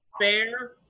fair